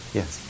yes